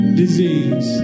disease